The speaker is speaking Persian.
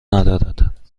ندارد